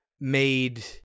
made